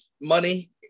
money